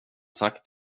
sagt